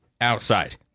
Outside